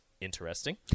Interesting